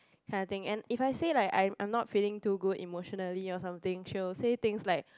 kind of thing and if I say like I'm not feeling too good emotionally or something she will say things like